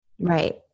Right